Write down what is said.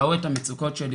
ראו את המצוקות שלי